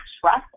trust